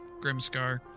Grimscar